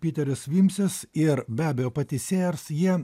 piteris vimsis ir be abejo pati sėjers jie